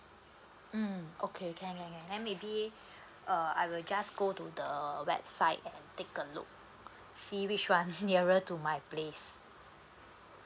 mm okay can can can and maybe uh I will just go to the website and take a look to see which one nearer to my place